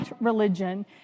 religion